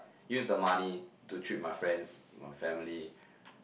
use the money to treat my friends my family